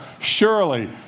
surely